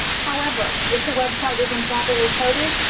however, if the web site is improperly coded,